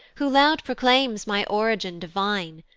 who loud proclaims my origin divine,